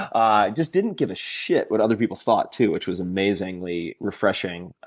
um just didn't give a shit what other people thought, too which was amazingly refreshing.